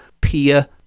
peer